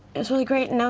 it was really great, and um